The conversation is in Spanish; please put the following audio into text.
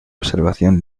observación